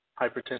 hypertension